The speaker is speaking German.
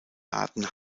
arten